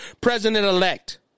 president-elect